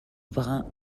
brun